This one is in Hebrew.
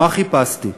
מה חיפשתי.